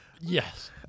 Yes